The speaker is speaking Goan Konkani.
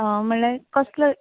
म्हणल्यार कसलो